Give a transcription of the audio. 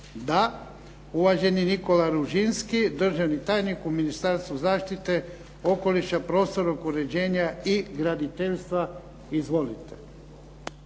Da. Uvaženi Nikola Ružinski državni tajnik u Ministarstvu zaštite okoliša, prostornog uređenja i graditeljstva. Izvolite.